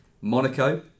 Monaco